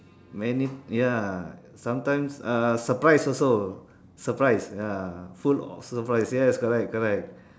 many ya sometimes uh surprise also surprise ya full of surprise yes correct correct